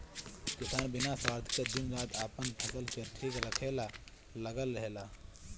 किसान बिना स्वार्थ के दिन रात आपन फसल के ठीक से रखे ला लागल रहेला